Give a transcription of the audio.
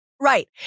Right